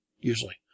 usually